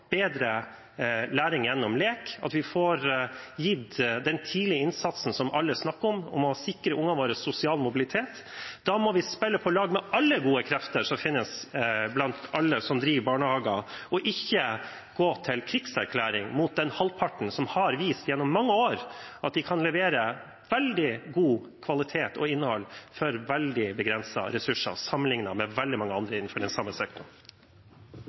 bedre læring gjennom lek, at vi får gitt den tidlige innsatsen som alle snakker om, at man sikrer ungene våre sosial mobilitet. Da må vi spille på lag med alle gode krefter som finnes blant alle som driver barnehager, og ikke gå til krigserklæring mot den halvparten som har vist gjennom mange år at de kan levere veldig god kvalitet og godt innhold for veldig begrensede ressurser sammenlignet med veldig mange innenfor den samme sektoren.